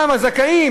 גם הזכאים,